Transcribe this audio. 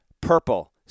purple